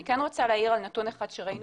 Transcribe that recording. אני כן רוצה להעיר על נתון אחד שראינו